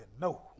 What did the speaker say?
no